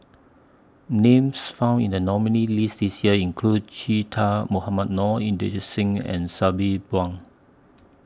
Names found in The nominees' list This Year include Che Dah Mohamed Noor Inderjit Singh and Sabri Buang